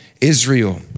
Israel